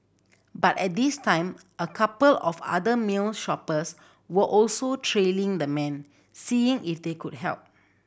but at this time a couple of other meal shoppers were also trailing the man seeing if they could help